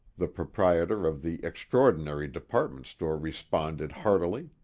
the proprietor of the extraordinary department store responded heartily.